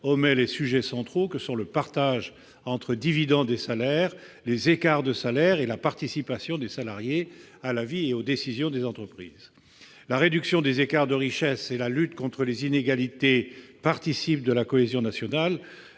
omet les sujets centraux que sont le partage entre dividendes et salaires, les écarts de salaires et la participation des salariés à la vie et aux décisions de l'entreprise. La réduction des écarts de richesse et la lutte contre les inégalités participent de la cohésion nationale,